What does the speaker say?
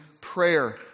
prayer